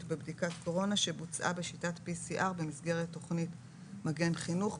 בבדיקת קורונה שבוצעה בשיטת PCR במסגרת תכנית "מגן חינוך".